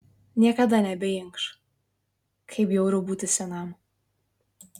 niekada nebeinkš kaip bjauru būti senam